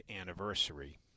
anniversary